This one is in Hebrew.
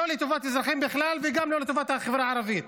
לא לטובת האזרחים בכלל וגם לא לטובת החברה הערבית.